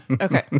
Okay